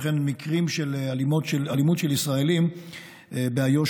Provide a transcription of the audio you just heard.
שכן מקרים של אלימות של ישראלים באיו"ש